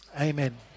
Amen